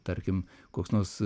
tarkim koks nors